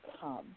come